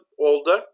older